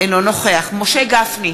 אינו נוכח משה גפני,